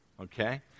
Okay